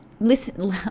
listen